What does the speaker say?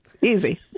Easy